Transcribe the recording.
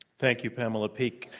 thank you, pamela peeke.